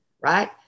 Right